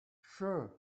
sure